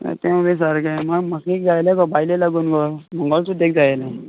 तेंवूय बी सारके म्हाका एक जाय आसलें बायलेक लागून गो मंगळसूत्र एक जाय आसलें